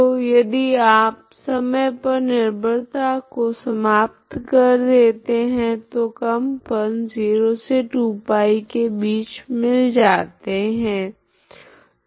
तो यदि आप समय पर निर्भरता को समाप्त कर देते है तो कंपन 0 2 π के बीच मिल जाते है